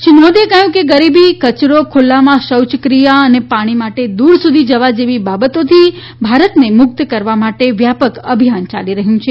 શ્રી મોદીએ કહ્યું કે ગરીબી કચરો ખુલ્લામાં શૌચક્રિયા અને પાણી માટે દૂર સુધી જવા જેવી બાબતોથી ભારતને મુક્ત કરવા માટે વ્યાપક અભિયાન ચાલી રહ્યું છે